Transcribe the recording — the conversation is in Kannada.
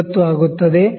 ಮೀ